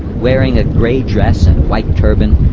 wearing a gray dress and white turban,